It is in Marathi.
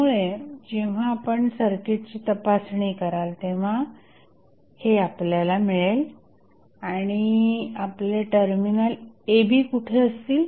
त्यामुळे आपण जेव्हा सर्किटची तपासणी कराल तेव्हा हे आपल्याला मिळेल आणि आपले टर्मिनल a b कुठे असतील